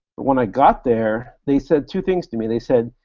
but when i got there, they said two things to me. they said,